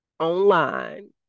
online